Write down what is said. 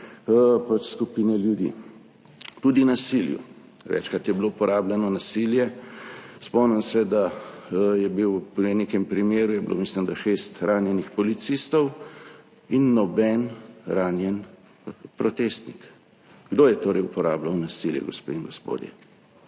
skupine ljudi. Tudi nasilju, večkrat je bilo uporabljeno nasilje. Spomnim se, da je bilo v nekem primeru, mislim, da šest ranjenih policistov in nobenega ranjenega protestnika. Kdo je torej uporabljal nasilje, gospe in gospodje?